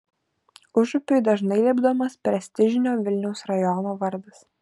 užupiui dažnai lipdomas prestižinio vilniaus rajono vardas